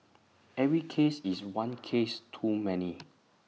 every case is one case too many